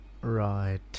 Right